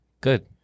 Good